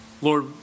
Lord